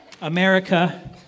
America